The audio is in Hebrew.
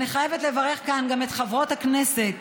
אני חייבת לברך כאן גם את חברות הכנסת